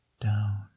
down